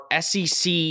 SEC